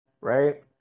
right